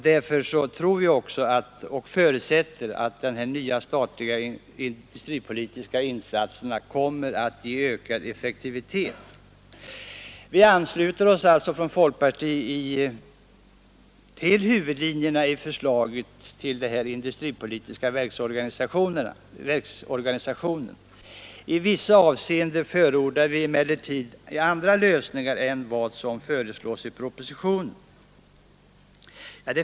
Därför förutsätter vi att de nya statliga industripolitiska insatserna kommer att ge ökad effektivitet. Vi ansluter oss alltså från folkpartiet till huvudlinjerna i förslaget till den industripolitiska verksorganisationen. I vissa avseenden förordar vi emellertid andra lösningar än vad som föreslås i propositionen.